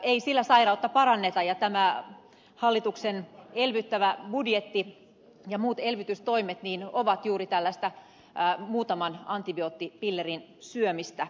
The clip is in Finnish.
ei sillä sairautta paranneta ja tämä hallituksen elvyttävä budjetti ja muut elvytystoimet ovat juuri tällaista muutaman antibioottipillerin syömistä